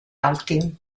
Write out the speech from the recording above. alti